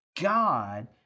God